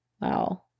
Wow